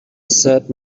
said